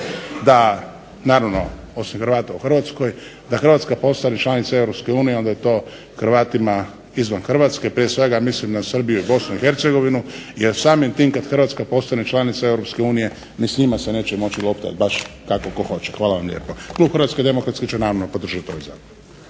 da naravno osim Hrvata u Hrvatskoj da Hrvatska postane članica Europske unije onda je to Hrvatima izvan Hrvatske. Prije svega mislim na Srbiju i Bosnu i Hercegovinu, jer samim tim kad Hrvatska postane članica Europske unije ni s njima se neće moći loptati baš kako tko hoće. Hvala lijepo. Klub Hrvatske demokratske će naravno podržati …/Govornik